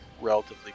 relatively